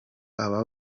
aba